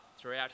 throughout